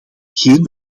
geen